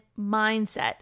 mindset